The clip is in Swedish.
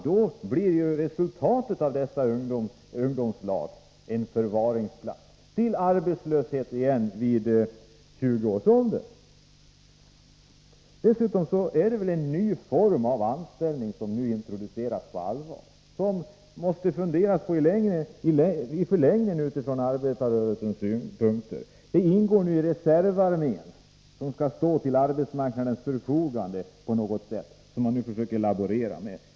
Då blir ju resultatet av dessa ungdomslag en förvaringsplats som leder till ny arbetslöshet vid 20 års ålder. Det är en ny form av anställning, som nu introduceras på allvar. Detta måste arbetarrörelsen fundera över. Det skall finnas en reservarmé som på något sätt står till arbetsmarknadens förfogande, som man nu försöker laborera med.